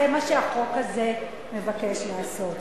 זה מה שהחוק הזה מבקש לעשות.